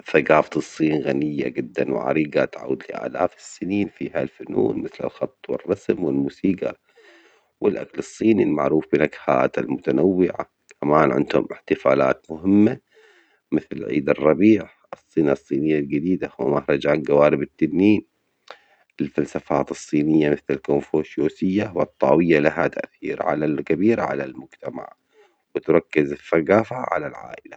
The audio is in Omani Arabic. ثجافة الصين غنية جدًا وعريجة تعود لآلاف السنين، فيها الفنون مثل الخط والرسم والموسيجى، والأكل الصيني المعروف بنكهاته المتنوعة، كمان عندهم احتفالات مهمة مثل عيد الربيع الصيني، والسنة الصينية الجديدة، ومهرجان جوارب التنين، الفلسفات الصينية مثل الكونفوشيوسية والطاوية لها تأثيرعلي ال كبير على المجتمع، وتركز الثجافة على العائلة.